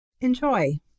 Enjoy